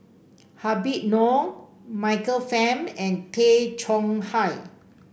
Habib Noh Michael Fam and Tay Chong Hai